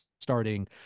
starting